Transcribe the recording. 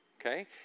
Okay